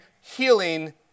healing